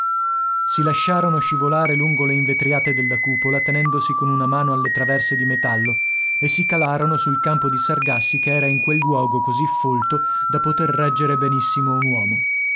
si lasciarono scivolare lungo le invetriate della cupola tenendosi con una mano alle traverse di metallo e si calarono sul campo di sargassi che era in quel luogo così folto da poter reggere benissimo un uomo